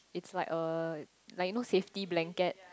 it's like a like you know safety blanket